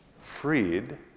Freed